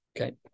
Okay